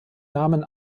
namen